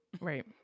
Right